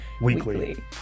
weekly